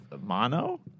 Mono